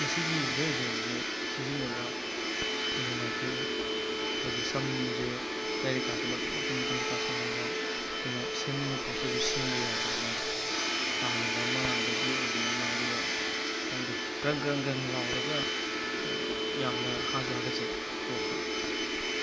ꯃꯁꯤꯒꯤ ꯍꯤꯌꯔ ꯖꯦꯜꯁꯦ ꯁꯤꯖꯤꯟꯅꯕ ꯌꯥꯝ ꯅꯨꯡꯉꯥꯏꯇꯦꯕꯣ ꯍꯥꯏꯗꯤ ꯁꯝꯁꯦ ꯇꯩꯔ ꯀꯥꯟꯁꯤꯗ ꯃꯇꯨꯝ ꯃꯇꯨꯝ ꯃꯇꯨꯝ ꯁꯥꯁꯤꯜꯂꯒ ꯑꯩꯈꯣꯏꯅ ꯁꯦꯝꯅꯤꯡꯕ ꯄꯣꯁ ꯑꯗꯨ ꯁꯦꯝꯕ ꯌꯥꯗꯦꯕ ꯃꯥꯏꯁꯦ ꯇꯥꯍꯟꯅꯤꯡꯕ ꯑꯃ ꯑꯗꯒꯤ ꯑꯣꯏꯕꯅ ꯑꯃ ꯑꯗꯨꯒ ꯈꯪꯗꯦ ꯀ꯭ꯔꯪ ꯀ꯭ꯔꯪ ꯀ꯭ꯔꯪ ꯂꯥꯎꯔꯒ ꯌꯥꯝꯅ ꯍꯥꯁꯨ ꯍꯥꯀꯠꯆꯩ ꯀꯣꯛꯇ